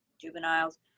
juveniles